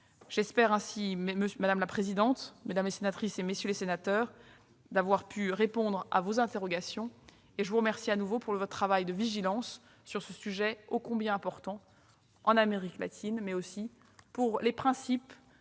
J'espère ainsi, madame la présidente, mesdames les sénatrices, messieurs les sénateurs, avoir pu répondre à vos interrogations. Je vous remercie à nouveau pour votre travail de vigilance sur ce sujet ô combien important en Amérique latine, mais aussi pour la